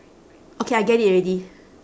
okay I get it already